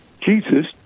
Jesus